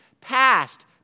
past